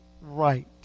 right